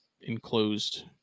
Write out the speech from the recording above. enclosed